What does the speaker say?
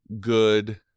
good